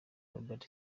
robert